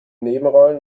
nebenrollen